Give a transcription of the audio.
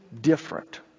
different